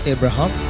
Abraham